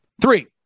Three